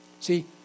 See